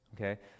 okay